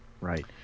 right